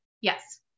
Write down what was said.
Yes